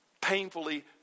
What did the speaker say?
painfully